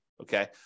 Okay